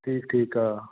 ਠੀਕ ਠੀਕ ਆ